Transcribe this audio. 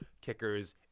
kickers